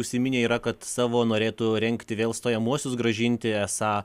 užsiminę yra kad savo norėtų rengti vėl stojamuosius grąžinti esą